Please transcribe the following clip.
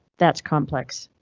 that's complex,